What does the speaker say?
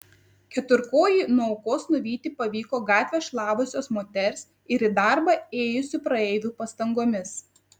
keturkojį nuo aukos nuvyti pavyko gatvę šlavusios moters ir į darbą ėjusių praeivių pastangomis